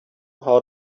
how